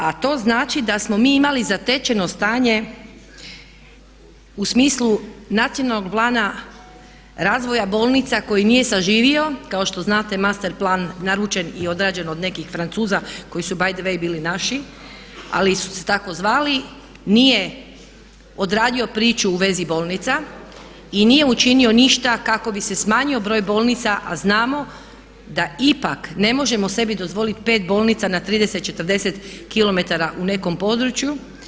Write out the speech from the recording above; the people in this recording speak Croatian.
A to znači da smo mi imali zatečeno stanje u smislu nacionalnog plana razvoja bolnica koji nije saživio, kao što znate master plan naručen i odrađen od nekih francuza koji su btw bili naši ali su se tako zvali, nije odradio priču u vezi bolnica i nije učinio ništa kako bi se smanjio broj bolnica a znamo da ipak ne možemo sebi dozvoliti 5 bolnica na 30, 40 kilometar u nekom području.